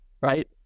right